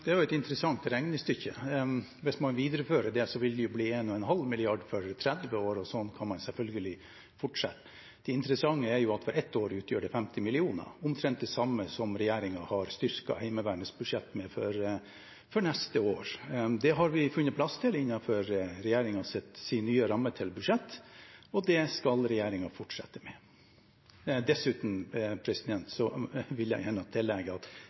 Det er et interessant regnestykke. Hvis man viderefører vil det, vil det bli 1,5 mrd. kr for 30 år, og sånn kan man selvfølgelig fortsette. Det interessante er at for ett år utgjør det 50 mill. kr, omtrent det samme som regjeringen har styrket Heimevernets budsjett med for neste år. Det har vi funnet plass til innenfor regjeringens nye ramme til budsjett, og det skal regjeringen fortsette med. Dessuten vil jeg